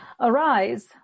Arise